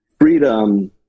freedom